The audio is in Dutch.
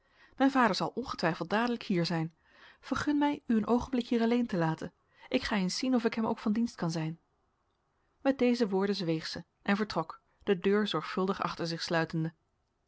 mijn vader zal ongetwijfeld dadelijk hier zijn vergun mij u een oogenblik hier alleen te laten ik ga eens zien of ik hem ook van dienst kan zijn met deze woorden zweeg zij en vertrok de deur zorgvuldig achter zich sluitende